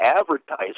advertise